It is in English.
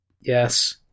Yes